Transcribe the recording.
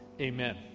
Amen